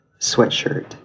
sweatshirt